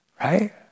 right